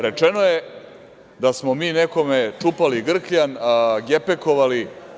Rečeno je da smo mi nekome čupali grkljan, gepekovali.